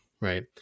right